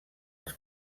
els